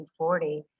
1940